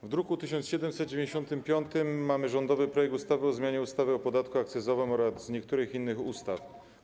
W druku nr 1795 mamy rządowy projekt ustawy o zmianie ustawy o podatku akcyzowym oraz niektórych innych ustaw.